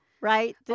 right